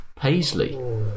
Paisley